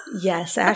Yes